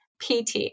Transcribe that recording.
PT